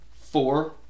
Four